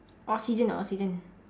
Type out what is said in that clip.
oxygen ah oxygen